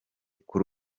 kuri